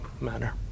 manner